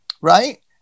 right